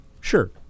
sure